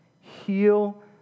Heal